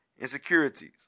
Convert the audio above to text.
insecurities